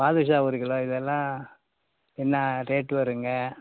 பாதுஷா ஒரு கிலோ இதெல்லாம் என்ன ரேட்டு வரும்ங்க